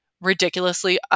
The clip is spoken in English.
ridiculously